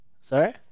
Sorry